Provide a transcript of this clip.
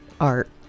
art